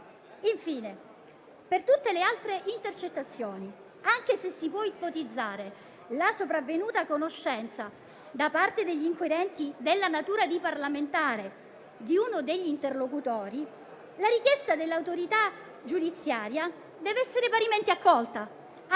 Infine, per tutte le altre intercettazioni, anche se si può ipotizzare la sopravvenuta conoscenza da parte degli inquirenti della natura di parlamentare di uno degli interlocutori, la richiesta dell'autorità giudiziaria deve essere parimenti accolta, attesa